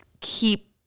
keep